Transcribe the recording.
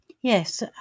Yes